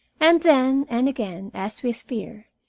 and then and again, as with fear,